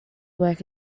work